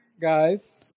guys